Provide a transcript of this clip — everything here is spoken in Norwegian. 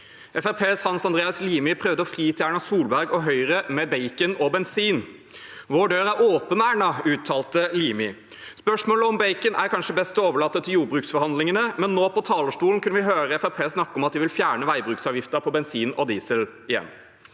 Hans Andreas Limi prøvde å fri til Erna Solberg og Høyre med bacon og bensin. «Vår dør er åpen, Erna», uttalte Limi. Spørsmålet om bacon er kanskje best å overlate til jordbruksforhandlingene, men nå på talerstolen kunne vi høre Fremskrittspartiet snakke om at de vil fjerne veibruksavgiften på bensin og diesel igjen.